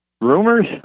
rumors